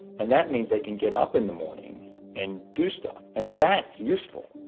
and that means they can get up in the morning and do stuff. and that's useful.